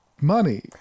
money